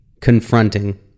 confronting